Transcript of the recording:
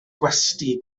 gwesty